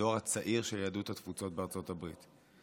הדור הצעיר של יהדות התפוצות בארצות הברית.